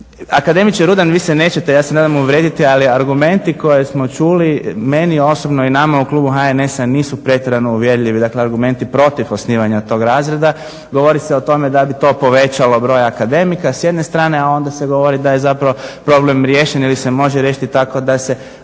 Akademiče Rudan vi se nećete ja se nadam uvrijediti ali argumenti koje smo čuli meni osobno i nama u klubu HNS-a nisu pretjerano uvjerljivi, dakle argumenti protiv osnivanja tog razreda. Govori se o tome da bi to povećalo broj akademika s jedne strane, a onda se govori da je problem riješen jer se može riješiti tako da se